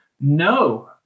no